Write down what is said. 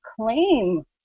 claim